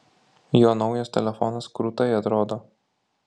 jo naujas telefonas krūtai atrodo